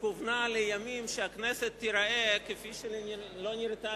כוונה לימים שהכנסת תיראה כפי שלא נראתה,